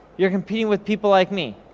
you're competing with people like me.